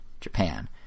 Japan